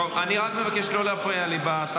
אתה מבין?